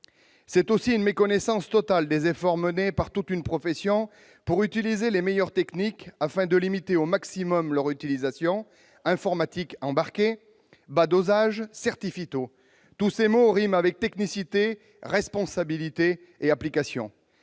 c'est une méconnaissance totale des efforts menés par toute une profession pour utiliser les meilleures techniques, afin de limiter au maximum leur emploi. Informatique embarquée, bas dosage, Certiphyto ... Tous ces mots riment avec technicité, responsabilité et application.